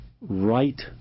right